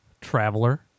traveler